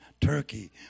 Turkey